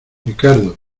ricardo